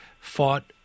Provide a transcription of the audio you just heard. fought